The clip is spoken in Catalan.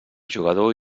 jugador